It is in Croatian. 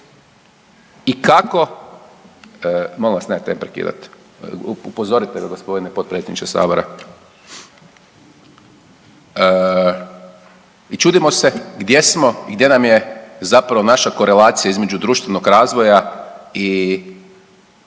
razumije/…molim vas nemojte me prekidati, upozorite me g. potpredsjedniče sabora. I čudimo se gdje smo i gdje nam je zapravo naša korelacija između društvenog razvoja i